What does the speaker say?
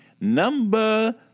Number